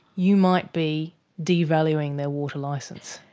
you might be devaluing their water licence?